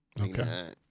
Okay